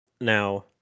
now